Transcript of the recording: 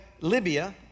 Libya